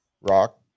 Rock